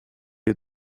you